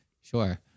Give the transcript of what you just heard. Sure